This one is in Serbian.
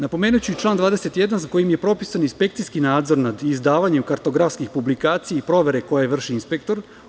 Napomenuću i član 21. kojim je propisan inspekcijski nadzor nad izdavanjem kartografskih publikacija i provere koje vrši inspektor.